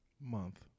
Month